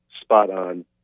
spot-on